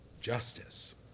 justice